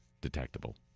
detectable